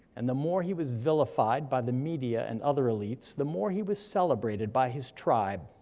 and the more he was vilified by the media and other elites, the more he was celebrated by his tribe.